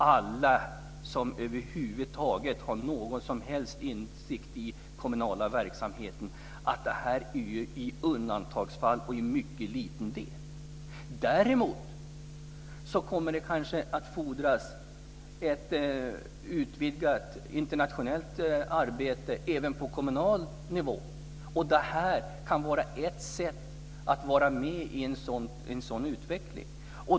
Alla som över huvud taget har någon som helst insikt i den kommunala verksamheten vet ju att det här är i undantagsfall och att det sker i mycket liten uträckning. Däremot kommer det kanske att fordras ett utvidgat internationellt arbete även på kommunal nivå. Det här kan vara ett sätt att vara med i en sådan utveckling.